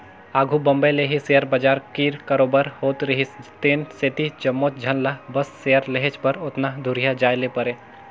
आघु बॉम्बे ले ही सेयर बजार कीर कारोबार होत रिहिस तेन सेती जम्मोच झन ल बस सेयर लेहेच बर ओतना दुरिहां जाए ले परे